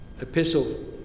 epistle